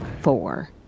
four